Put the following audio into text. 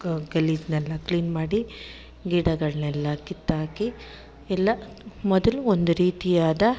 ಗಲೀಜನ್ನೆಲ್ಲ clean ಮಾಡಿ ಗಿಡಗಳನ್ನೆಲ್ಲ ಕಿತ್ಹಾಕಿ ಎಲ್ಲ ಮೊದಲು ಒಂದು ರೀತಿಯಾದ